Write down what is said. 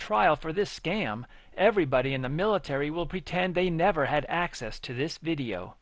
trial for this scam everybody in the military will pretend they never had access to this video